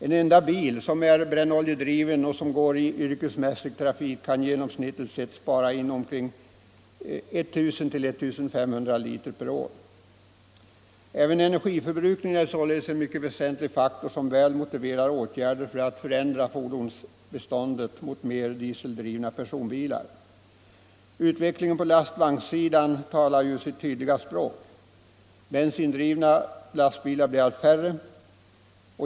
En enda bil som är brännoljedriven och som går i yrkesmässig trafik kan genomsnittligt spara in omkring 1000-1 500 liter per år. Även energiförbrukningen är således en mycket väsentlig faktor som väl motiverar åtgärder för att förändra fordonsbeståndet i riktning mot flera dieseldrivna personbilar. Utvecklingen på lastvagnssidan talar sitt tydliga språk: bensindrivna lastbilar blir allt färre.